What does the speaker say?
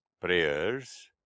prayers